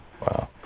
Wow